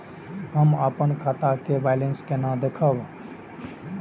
हम अपन खाता के बैलेंस केना देखब?